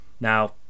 now